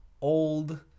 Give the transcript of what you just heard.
old